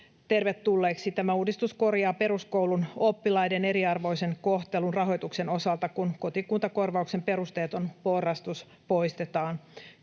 tervetulleeksi. Tämä uudistus korjaa peruskoulun oppilaiden eriarvoisen kohtelun rahoituksen osalta, kun kotikuntakorvauksen perusteeton porrastus poistetaan.